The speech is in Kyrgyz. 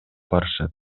барышат